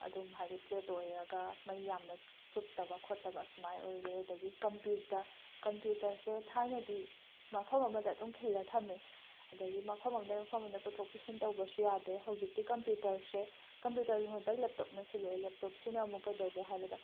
ꯑꯗꯨꯝ ꯍꯥꯏꯗꯤ ꯐ꯭ꯂꯦꯠ ꯑꯣꯏꯔꯒ ꯃꯩ ꯌꯥꯝꯅ ꯆꯨꯞꯇꯕ ꯈꯣꯠꯇꯕ ꯑꯁꯨꯃꯥꯏ ꯑꯣꯏꯔꯦ ꯑꯗꯒꯤ ꯀꯝꯄ꯭ꯌꯨꯇꯔ ꯀꯝꯄ꯭ꯌꯨꯇꯔꯁꯦ ꯊꯥꯏꯅꯗꯤ ꯃꯐꯝ ꯑꯃꯗ ꯑꯗꯨꯝ ꯈꯤꯜꯂ ꯊꯝꯃꯦ ꯑꯗꯒꯤ ꯃꯐꯝ ꯑꯃꯗꯩ ꯃꯐꯝ ꯑꯃꯗ ꯄꯨꯊꯣꯛ ꯄꯨꯁꯤꯟ ꯇꯧꯕꯁꯨ ꯌꯥꯗꯦ ꯍꯧꯖꯤꯛꯇꯤ ꯀꯝꯄ꯭ꯌꯨꯇꯔꯁꯦ ꯀꯝꯄ꯭ꯌꯨꯇꯔꯒꯤ ꯃꯍꯨꯠꯇ ꯂꯦꯞꯇꯣꯞꯅ ꯁꯤꯜꯂꯦ ꯂꯦꯞꯇꯣꯞꯁꯤꯅ ꯑꯃꯨꯛ ꯀꯩꯗꯧꯒꯦ ꯍꯥꯏꯕꯗ